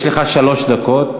יש לך שלוש דקות.